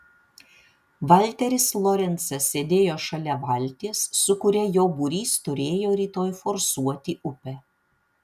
valteris lorencas sėdėjo šalia valties su kuria jo būrys turėjo rytoj forsuoti upę